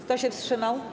Kto się wstrzymał?